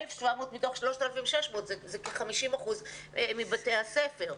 1,700 מתוך 3,600, זה כ-50% מבתי הספר.